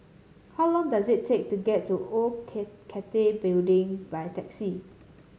how long does it take to get to Old Cathay Building by taxi